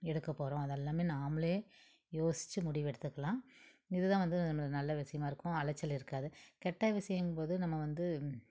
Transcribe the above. எடுக்கப்போகிறோம் அதை எல்லாமே நாம்மளே யோசித்து முடிவெடுத்துக்கலாம் இதுதான் வந்து நம்மளுக்கு விஷயமாக இருக்கும் அலைச்சல் இருக்காது கெட்ட விஷயங்கம்போது நம்ம வந்து